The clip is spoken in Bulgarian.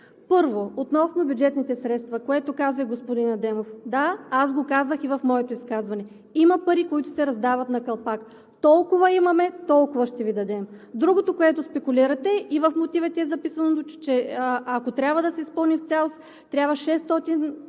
Първо, относно бюджетните средства, което каза и господин Адемов. Да, аз го казах и в моето изказване – има пари, които се раздават на калпак. Толкова имаме – толкова ще Ви дадем. Другото, което спекулирате, и в мотивите е записано, че ако трябва да се изпълни в цялост, трябва 670